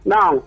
Now